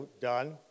done